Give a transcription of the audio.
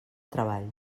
treball